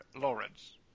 Lawrence